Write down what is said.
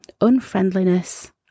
unfriendliness